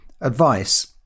advice